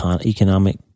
economic